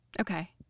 Okay